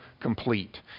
complete